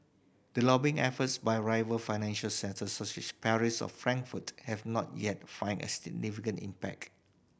the lobbying efforts by rival financial centres such as Paris or Frankfurt have not yet find a significant impact